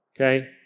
Okay